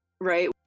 Right